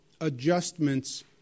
adjustments